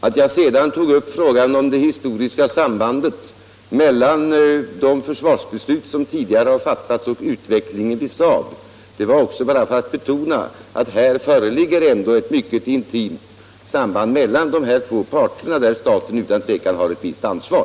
Att jag sedan tog upp frågan om det historiska sambandet mellan de försvarsbeslut som tidigare har fattats och utvecklingen i SAAB berodde på att jag ville betona att här ändå föreligger ett mycket intimt samband mellan de två berörda parterna, där staten utan tvivel har ett visst ansvar.